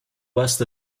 west